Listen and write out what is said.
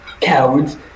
Cowards